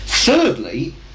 Thirdly